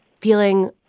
feeling